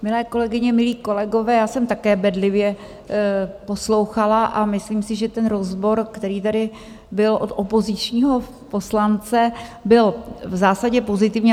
Milé kolegyně, milí kolegové, já jsem také bedlivě poslouchala, a myslím si, že rozbor, který tady byl od opozičního poslance, byl v zásadě pozitivní.